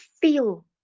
feel